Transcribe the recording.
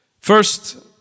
First